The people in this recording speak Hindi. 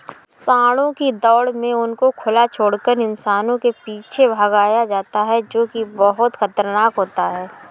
सांडों की दौड़ में उनको खुला छोड़कर इंसानों के पीछे भगाया जाता है जो की बहुत खतरनाक होता है